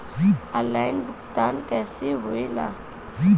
Online भुगतान कैसे होए ला?